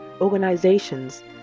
organizations